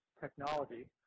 technology